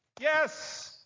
Yes